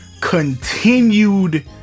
continued